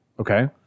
Okay